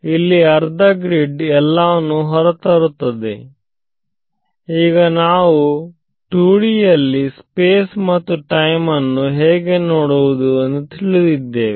ಇಲ್ಲಿ ಅರ್ಧ ಗ್ರಿಡ್ ಎಲ್ಲವನ್ನು ಹೊರತರುತ್ತದೆ ಈಗ ನಾವು 2D ಯಲ್ಲಿ ಸ್ಪೇಸ್ ಮತ್ತು ಟೈಮ್ ಅನ್ನು ಹೇಗೆ ನೋಡುವುದು ಎಂದು ತಿಳಿದಿದ್ದೇವೆ